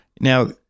now